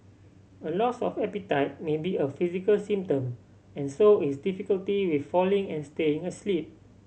a loss of appetite may be a physical symptom and so is difficulty with falling and staying asleep